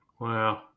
Wow